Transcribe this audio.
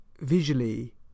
visually